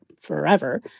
forever